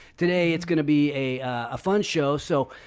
today? it's gonna be a ah fun show. so,